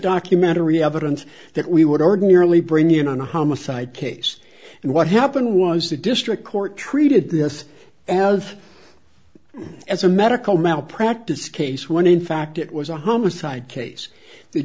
documentary evidence that we would ordinarily bring in on a homicide case and what happened was the district court treated this have as a medical malpractise case when in fact it was a homicide case the